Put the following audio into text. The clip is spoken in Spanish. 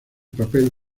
papel